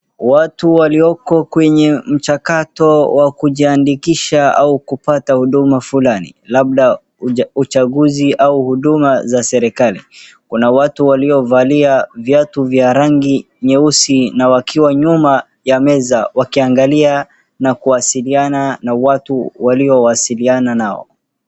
Watu walioko kwenye mchakato wa kujiandikisha au kupata huduma fulani labda uchaguzi au huduma za serikali kuna watu waliovalia viatu vya rangi nyeusi na wakiwa nyuma ya meza wakiangalia na kuwasiliana na watu waliowasiliana nao .